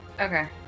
Okay